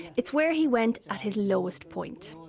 it's where he went at his lowest point.